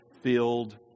filled